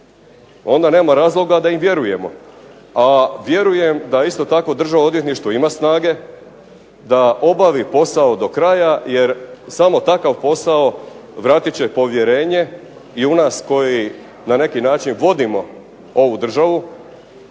onda nema razloga da im vjerujemo, a vjerujem da isto tako Državno odvjetništvo ima snage da obavi posao do kraja, jer samo takav posao vratit će povjerenje i u nas koji na neki način vodimo ovu državu,